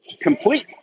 complete